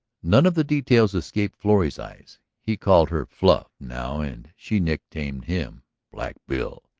none of the details escaped florrie's eyes. he called her fluff now and she nicknamed him black bill.